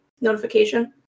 notification